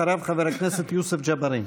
אחריו, חבר הכנסת יוסף ג'בארין.